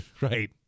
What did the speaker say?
Right